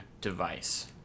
device